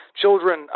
children